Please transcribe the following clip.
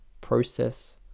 process